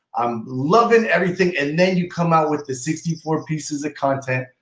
i'm loving everything! and then you come out with the sixty four pieces of content.